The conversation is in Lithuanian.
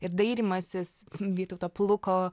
ir dairymasis vytauto pluko